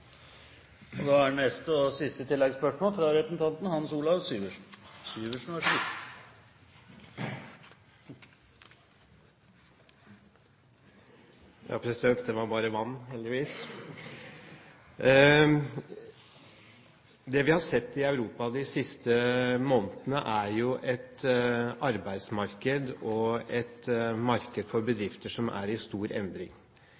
Hans Olav Syversen – til oppfølgingsspørsmål. Det vi har sett i Europa de siste månedene, er et arbeidsmarked og et marked for bedrifter som er i stor endring.